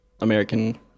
American